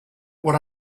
what